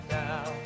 now